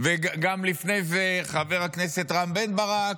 וגם לפני זה את חבר הכנסת רם בן ברק,